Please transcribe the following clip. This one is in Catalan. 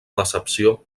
decepció